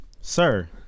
Sir